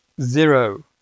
zero